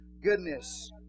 goodness